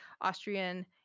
Austrian